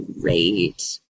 great